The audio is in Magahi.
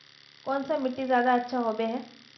कौन सा मिट्टी ज्यादा अच्छा होबे है?